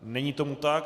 Není tomu tak.